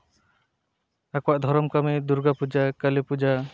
ᱟᱠᱚᱣᱟᱜ ᱫᱷᱚᱨᱚᱢ ᱠᱟᱹᱢᱤ ᱫᱩᱨᱜᱟ ᱯᱩᱡᱟᱹ ᱠᱟᱞᱤ ᱯᱩᱡᱟᱹ